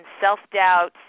self-doubt